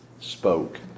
spoke